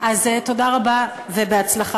אז תודה רבה ובהצלחה,